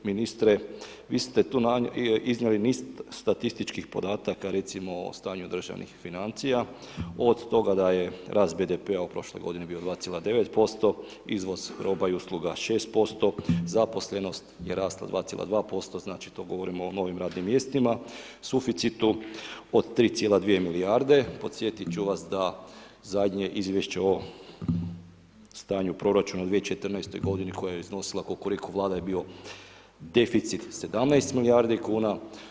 Ministre, vi ste tu iznijeli niz statističkih podataka, recimo, o stanju državnih financija, od toga da je rast BDP-a u prošloj godini bio 2,9%, izvoz roba i usluga 6%, zaposlenost je rasla 2,2%, znači to govorimo o novim radnim mjestima, suficitu od 3,2 milijarde, podsjetiti ću vas da zadnje Izvješće o stanju proračuna 2014. godine koja je iznosila kukuriku Vlade je bio deficit 17 milijardi kuna.